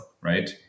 right